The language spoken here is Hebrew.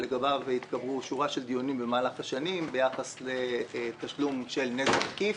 שלגביו התקיימו שורה של דיונים במהלך השנים ביחס לתשלום של נזק עקיף.